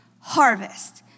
harvest